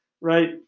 right